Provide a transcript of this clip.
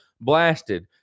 blasted